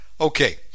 Okay